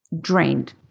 drained